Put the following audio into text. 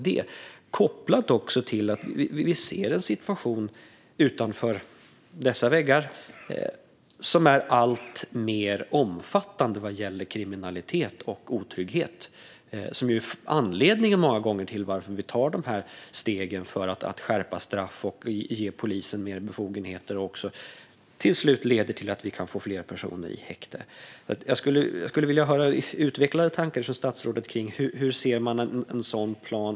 Det här kan även kopplas till den situation vi ser utanför dessa väggar med en alltmer omfattande kriminalitet och otrygghet. Detta är många gånger anledningen till att vi tar steg för att skärpa straff och ge polisen fler befogenheter. Det leder i slutändan till att vi får fler personer i häkte. Jag vill höra statsrådet utveckla tankarna om hur han ser på en sådan plan.